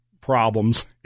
problems